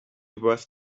worth